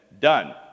done